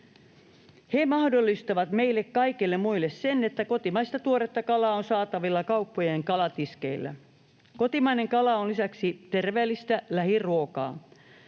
He mahdollistavat meille kaikille muille sen, että kotimaista tuoretta kalaa on saatavilla kauppojen kalatiskeillä. Kotimainen kala on lisäksi terveellistä lähiruokaa.